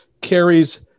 carries